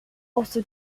also